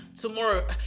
Tomorrow